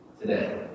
Today